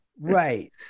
right